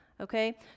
Okay